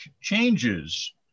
changes